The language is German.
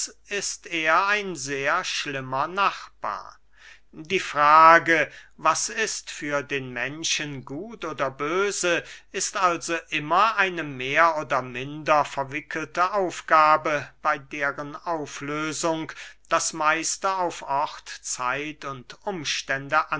ist er ein sehr schlimmer nachbar die frage was ist für den menschen gut oder böse ist also immer eine mehr oder minder verwickelte aufgabe bey deren auflösung das meiste auf ort zeit und umstände